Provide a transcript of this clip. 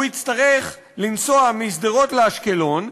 הוא יצטרך לנסוע משדרות לאשקלון,